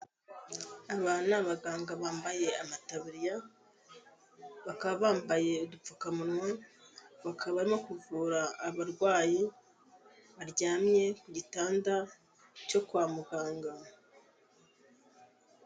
Abana ni abaganga bambaye amataburiya, bakaba bambaye udupfukamunwa, bakaba barimo kuvura abarwayi, baryamye ku gitanda cyo kwa muganga.